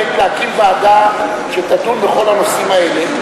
להקים ועדה שתדון בכל הנושאים האלה,